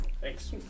Thanks